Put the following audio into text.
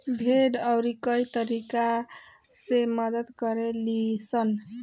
भेड़ अउरी कई तरीका से मदद करे लीसन